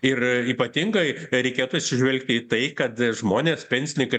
ir ypatingai reikėtų atsižvelgti į tai kad žmonės pensininkai